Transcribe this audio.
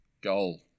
goal